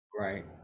Right